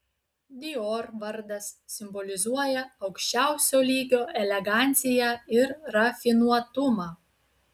dior vardas simbolizuoja aukščiausio lygio eleganciją ir rafinuotumą